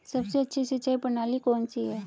सबसे अच्छी सिंचाई प्रणाली कौन सी है?